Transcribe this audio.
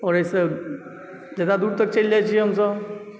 आओर एहिसँ जादा दूर तक चलि जाय छियै हमसभ